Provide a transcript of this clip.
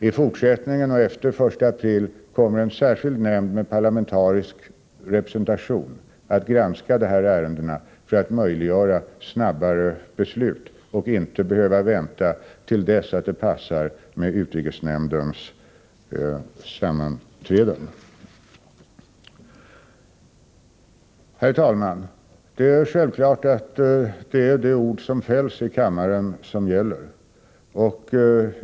Efter den 1 april kommer en särskild nämnd med parlamentarisk representation att granska dispensärenden. Syftet är att möjliggöra snabbare beslut genom att man inte behöver vänta till dess att det passar med utrikesnämndens sammanträden. Herr talman! Självfallet är det de ord som fälls i kammaren som gäller.